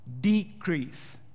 decrease